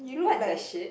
!what the shit!